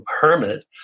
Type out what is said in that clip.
hermit